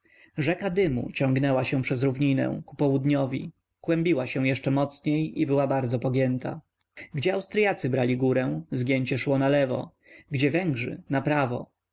rzeka dymu ciągnąca się przez równinę ku południowi kłębiła się jeszcze mocniej i była bardzo pogięta gdzie austryacy brali górę zgięcie szło nalewo gdzie węgrzy naprawo